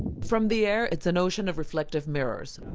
from the air, it's an ocean of reflective mirrors,